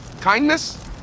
Kindness